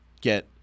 get